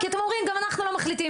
כי אתם אומרים: גם אנחנו לא מחליטים.